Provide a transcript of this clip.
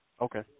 Okay